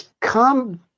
come